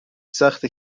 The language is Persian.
سخته